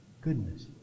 goodness